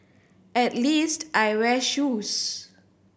at least I wear shoes